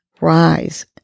Rise